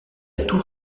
tour